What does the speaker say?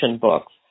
books